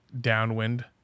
downwind